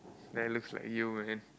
that looks like you man